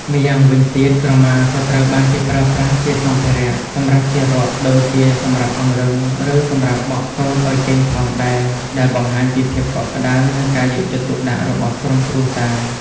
ម្យ៉ាងវិញទៀត ក្រមាក៏ត្រូវបានគេប្រើប្រាស់ជា សម្ភារៈសម្រាប់ទារក ដូចជាសម្រាប់អង្រឹង ឬសម្រាប់បក់កូនឱ្យគេងផងដែរ ដែលបង្ហាញពីភាពកក់ក្ដៅ និងការយកចិត្តទុកដាក់របស់ក្រុមគ្រួសារ។